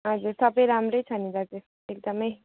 हजुर सबै राम्रो छ नि दाजु एकदमै